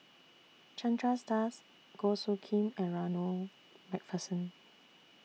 Chandras Das Goh Soo Khim and Ronald MacPherson